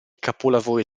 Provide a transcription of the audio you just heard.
capolavori